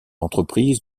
entreprise